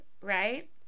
right